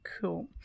Cool